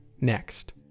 next